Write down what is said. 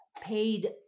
paid